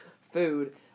food